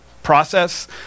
process